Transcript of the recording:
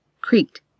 creaked